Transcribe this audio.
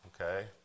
Okay